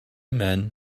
men